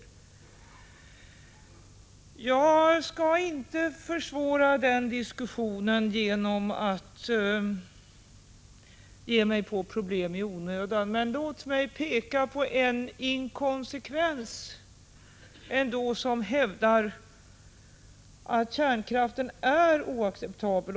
Jag skall inte försvåra den diskussionen genom att ge mig på problem i onödan. Men låt mig ändå peka på en inkonsekvens. Den gäller dem som redan nu, utan ytterligare prövning, hävdar att kärnkraften är oacceptabel.